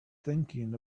thinking